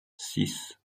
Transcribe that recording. six